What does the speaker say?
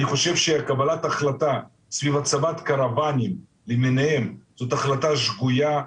אני חושב שקבלת החלטה סביב הצבת קרוואנים למיניהם זו החלטה שגויה,